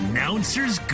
Announcers